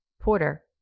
Porter